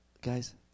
guys